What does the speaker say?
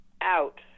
out